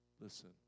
Listen